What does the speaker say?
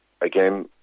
again